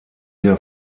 der